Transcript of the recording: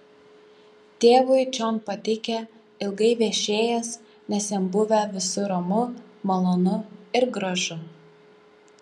tėvui čion patikę ilgai viešėjęs nes jam buvę visur ramu malonu ir gražu